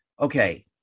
okay